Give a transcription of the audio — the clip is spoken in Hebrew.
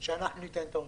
אנחנו ניתן את האוטובוסים.